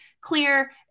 clear